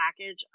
package